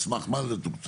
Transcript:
על סמך מה זה תוקצב?